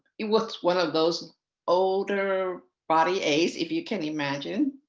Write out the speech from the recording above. it was one of those older body aids if you can imagine.